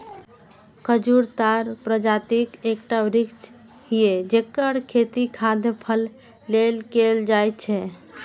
खजूर ताड़ प्रजातिक एकटा वृक्ष छियै, जेकर खेती खाद्य फल लेल कैल जाइ छै